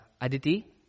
Aditi